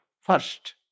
first